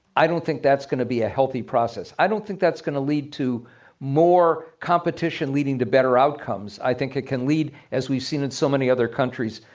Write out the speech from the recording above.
i don't think that's going to be a healthy process. i don't think that's going to lead to more competition leading to better outcomes. i think it can lead, as we've seen in so many other countries,